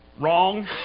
Wrong